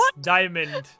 diamond